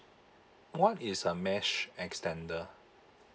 what is a mash extender